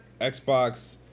Xbox